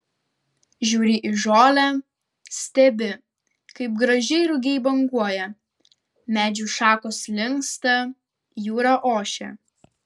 žiūri į žolę stebi kaip gražiai rugiai banguoja medžių šakos linksta jūra ošia